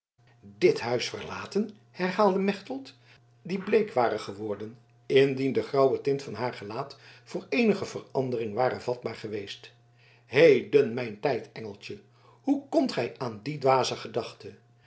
dit huis verlaten herhaalde mechtelt die bleek ware geworden indien de grauwe tint van haar gelaat voor eenige verandering ware vatbaar geweest heden mijn tijd engeltje hoe komt gij aan die dwaze gedachte